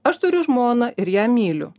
aš turiu žmoną ir ją myliu